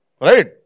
right